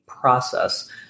process